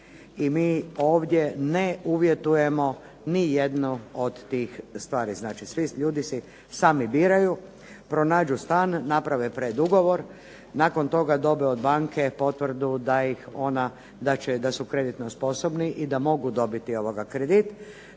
i mi ovdje ne uvjetujemo nijednu od tih stvari. Znači, ljudi si sami biraju, pronađu stan, naprave predugovor, nakon toga dobe od banke potvrdu da su kreditno sposobni i da mogu dobiti kredit,